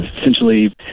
essentially